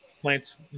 plants